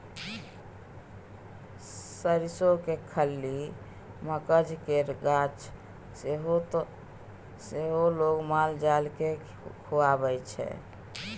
सरिसोक खल्ली, मकझ केर गाछ सेहो लोक माल जाल केँ खुआबै छै